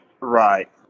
Right